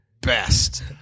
best